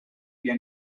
via